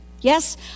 Yes